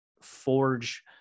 forge